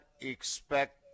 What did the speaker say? expect